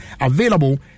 available